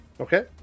Okay